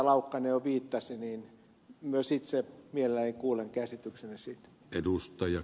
laukkanen jo viittasi myös itse mielelläni kuulen käsityksenne